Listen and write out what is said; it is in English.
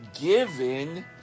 given